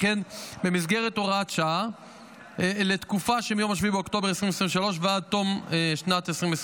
וכן במסגרת הוראת שעה לתקופה שמיום 7 באוקטובר 2023 ועד תום שנת 2024